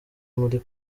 muri